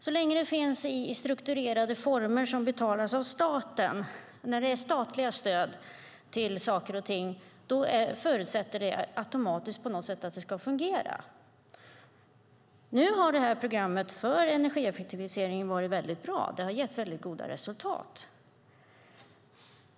Så länge de finns i strukturerade former som betalas av staten, när det är statliga stöd till saker och ting, förutsätts det automatiskt på något sätt att det ska fungera. Nu har programmet för energieffektivisering varit väldigt bra. Det har gett väldigt goda resultat.